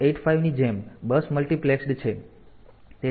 તો અહીં પણ 8085 ની જેમ બસ મલ્ટિપ્લેક્સ છે